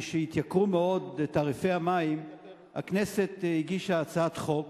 משהתייקרו מאוד תעריפי המים הכנסת הגישה הצעת חוק